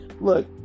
look